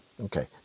okay